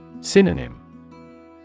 Synonym